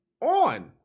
on